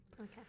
Okay